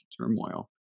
turmoil